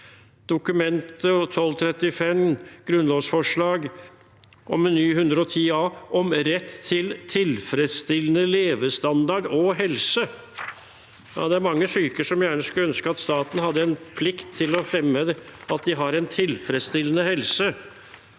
Dokument 12: 35, grunnlovsforslag om ny 110 a: «om rett til tilfredsstillende levestandard og helse». Det er mange syke som gjerne skulle ønske at staten hadde en plikt til å fremme at de har en tilfredsstillende helse.